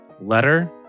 letter